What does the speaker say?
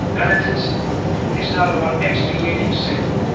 penitence is not about expiating sin,